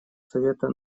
совета